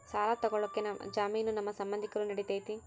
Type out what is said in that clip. ಸಾಲ ತೊಗೋಳಕ್ಕೆ ಜಾಮೇನು ನಮ್ಮ ಸಂಬಂಧಿಕರು ನಡಿತೈತಿ?